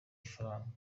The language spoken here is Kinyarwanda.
ifaranga